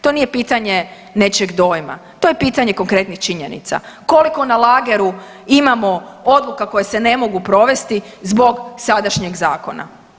To nije pitanje nečijeg dojma, to je pitanje konkretnih činjenica, koliko na lageru imamo odluka koje se ne mogu provesti zbog sadašnjeg zakona?